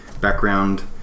background